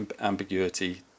ambiguity